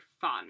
fun